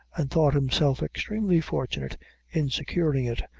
and thought himself extremely fortunate in securing it,